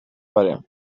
parean